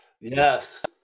Yes